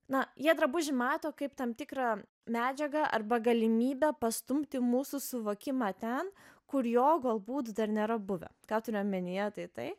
na jie drabužį mato kaip tam tikrą medžiagą arba galimybę pastumti mūsų suvokimą ten kur jo galbūt dar nėra buvę ką turiu omenyje tai tai